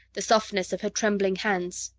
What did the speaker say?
the softness of her trembling hands.